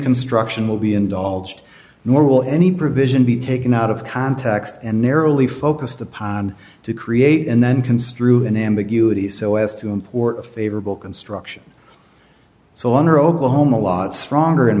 construction will be indulged nor will any provision be taken out of context and narrowly focused upon to create and then construe an ambiguity so as to import a favorable construction so under oklahoma a lot stronger in